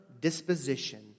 disposition